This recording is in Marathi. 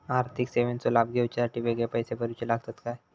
आर्थिक सेवेंचो लाभ घेवच्यासाठी वेगळे पैसे भरुचे लागतत काय?